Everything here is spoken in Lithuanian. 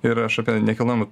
ir aš apie nekilnojamą